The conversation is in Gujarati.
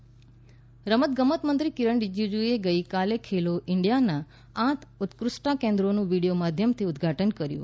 ખેલો ઇન્ડિયા રમતગમત મંત્રી કિરણ રીજીજુએ ગઇકાલે ખેલો ઇન્ડીયાના આઠ ઉત્કૃષ્ટતા કેન્દ્રોનું વિડીયો માધ્યમથી ઉદ્દઘાટન કર્યુ